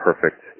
perfect